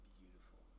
beautiful